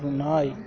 நாய்